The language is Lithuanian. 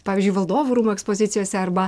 pavyzdžiui valdovų rūmų ekspozicijose arba